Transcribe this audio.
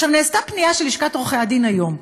נעשתה פנייה של לשכת עורכי-הדין היום.